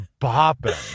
bopping